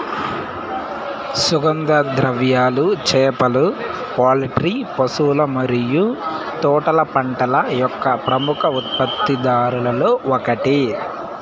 సుగంధ ద్రవ్యాలు, చేపలు, పౌల్ట్రీ, పశువుల మరియు తోటల పంటల యొక్క ప్రముఖ ఉత్పత్తిదారులలో ఒకటి